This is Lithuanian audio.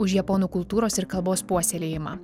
už japonų kultūros ir kalbos puoselėjimą